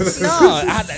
No